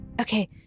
Okay